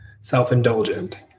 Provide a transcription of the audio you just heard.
self-indulgent